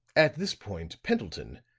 at this point, pendleton,